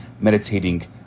meditating